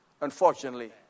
Unfortunately